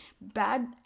bad